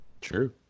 True